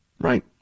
Right